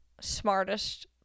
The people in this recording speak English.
smartest